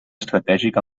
estratègic